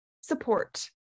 support